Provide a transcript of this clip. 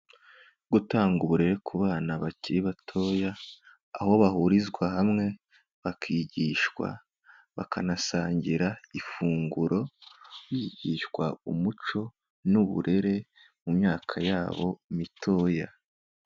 Gutanga uburere ku bana bakiri batoya, aho bahurizwa hamwe bakigishwa, bakanasangira ifunguro, bigishwa umuco n'uburere mu myaka yabo mitoya.